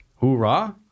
Hoorah